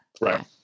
Right